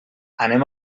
anem